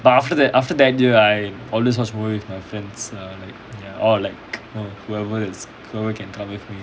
but after that after that year I always watch movie with my friends uh like ya or like whoever that's whoever can come with me